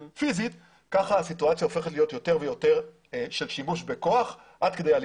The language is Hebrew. כך הסיטואציה הופכת להיות יותר ויותר של שימוש בכוח עד כדי אלימות.